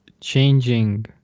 changing